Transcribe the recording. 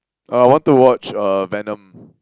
oh I want to watch uh Venom